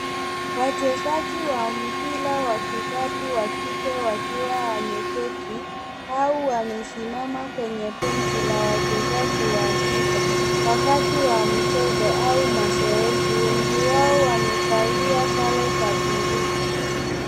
Wachezaji wa mpira wa kikapu wa kike wakiwa wameketi au wamesimama kwenye benchi la wachezaji wa akiba, wakati wa mchezo au mazoezi ,wengi wao wamevalia sare za bluu.